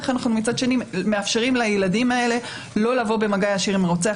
ומצד שני אנחנו מאפשרים לילדים האלה לא לבוא במגע ישיר עם הרוצח,